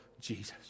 Jesus